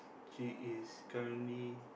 he is currently